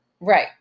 Right